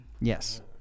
yes